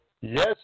yes